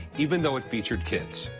even though it featured kids.